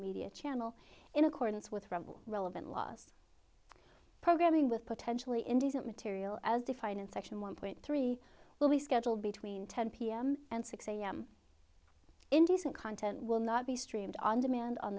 media channel in accordance with rebel relevant laws programming with potentially indecent material as defined in section one point three will be scheduled between ten pm and six am indecent content will not be streamed on demand on